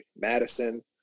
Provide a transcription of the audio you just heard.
Madison